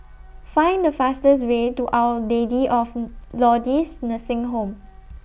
Find The fastest Way to Our Lady of Lourdes Nursing Home